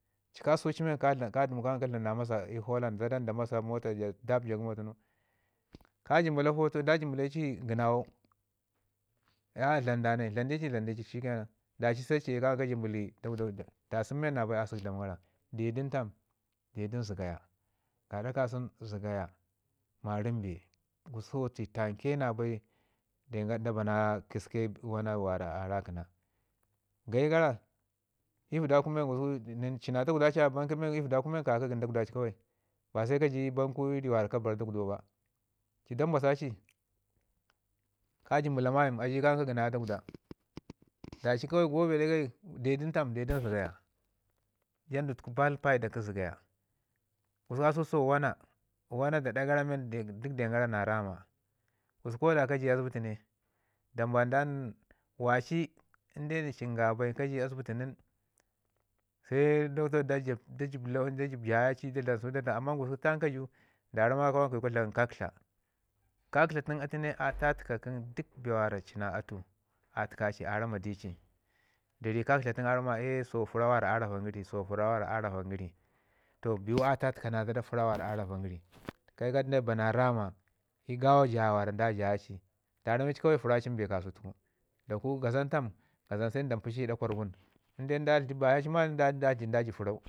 ci ka səsau ci men ka duma ka dlam na masa i polan zada nda masa mota ja daf ja gəmo funu ka jimbila foto jimbile ci gənawau a danai dlam di ci. Da ci ci yese kan ka jimbili dagwdau sun men asək dlamin gara de du nin tam? de du nin zəgaya gada kasən zəgaya marəm bee. Gusku so tai tamke da bana den gara da bana kisko wana wara a rakəna Gayi gará ci na dagwda ci a banki nin men i vəda kun yu ye ka ka kən dagwda ci, ba se kaji banki ii rii wara ka bar dagwdau ba ci dam mbasa ci ka jimbila mayim a ci kan ka gəna dagwda da ci yo be dagai de du nin zəgaya. Jandu tuku baal paida kə zəgaya, gusku kasau so wana, wana daɗa gara ngum ko da ka ju a asbiti ne waci inde cin nga bai ka ji asbiti nin se Doctor da jəb lawan da jəb jaya ci da jəb sau amman gususku in de ka ji nin da ramma kawai kayi ka dlam kaktla, kaktla tun atu ne a tatəka duk bee ci na atu atəka ci a rama di ci da ri kaktla tun a rama dici so fəra wara a ravan gəri so fəra wara a ravan gəri. To biwu a tatəkana zada fəra war a ravan gəri. Ke ka du ba ama i gawa jaya mi da jaya ci da rame ci kawai fəra cin bee kasau tukun. Da ku gu gazan tam kasan da mpi ci a ɗa kwargun inde da tlidi bazha ci man da tlidi da ji fərau